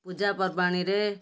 ପୂଜାପର୍ବାଣିରେ